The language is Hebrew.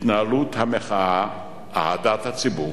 התנהלות המחאה, אהדת הציבור